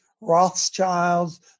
Rothschilds